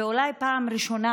ואולי פעם ראשונה